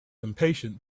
impatient